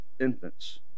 infants